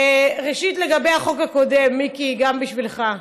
ראשית, לגבי החוק הקודם, מיקי, גם בשבילך: